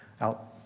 out